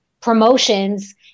promotions